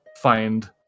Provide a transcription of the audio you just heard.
find